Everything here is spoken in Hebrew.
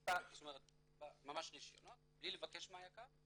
ממש רישיונות, בלי לבקש מהיק"ר.